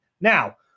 Now